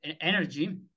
energy